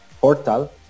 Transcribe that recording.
portal